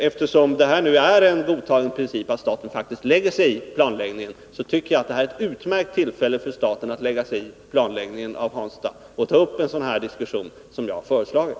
Eftersom det nu är en godtagen princip att staten faktiskt lägger sig i planläggningen, tycker jag det här är ett utmärkt tillfälle för staten att lägga sig i planläggningen av Hansta och ta upp en sådan diskussion som jag har föreslagit.